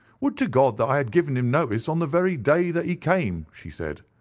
would to god that i had given him notice on the very day that he came she said.